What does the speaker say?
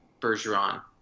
Bergeron